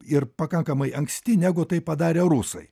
ir pakankamai anksti negu tai padarė rusai